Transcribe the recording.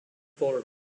fold